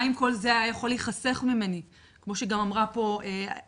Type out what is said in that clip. מה אם כל זה היה יכול להיחסך ממני?" כמו שגם אמרה פה ב'.